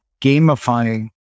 gamifying